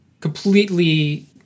completely